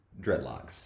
dreadlocks